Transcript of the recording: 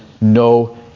no